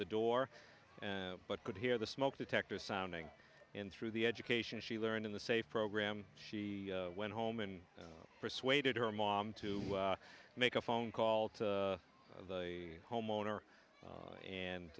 the door but could hear the smoke detectors sounding in through the education she learned in the safe program she went home and persuaded her mom to make a phone call to the homeowner